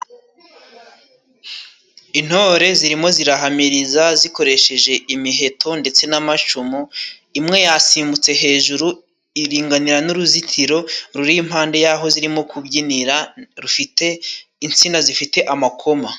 Intore zirimo zirahamiriza zikoresheje imiheto ndetse n'amacumu. Imwe yasimbutse hejuru iringanira n'uruzitiro ruri impande y'aho zirimo kubyinira rufite insina zifite amakoma.